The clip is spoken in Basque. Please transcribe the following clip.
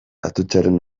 atutxaren